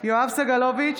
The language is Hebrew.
יואב סגלוביץ'